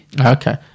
okay